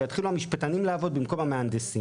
ואז יתחילו המשפטנים לעבוד במקום המהנדסים.